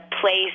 place